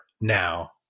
now